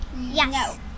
Yes